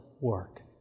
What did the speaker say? work